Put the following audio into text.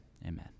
Amen